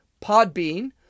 Podbean